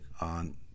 on